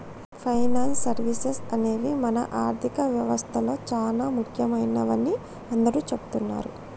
finance services అనేవి మన ఆర్థిక వ్యవస్తలో చానా ముఖ్యమైనవని అందరూ చెబుతున్నరు